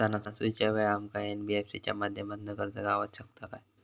सणासुदीच्या वेळा आमका एन.बी.एफ.सी च्या माध्यमातून कर्ज गावात शकता काय?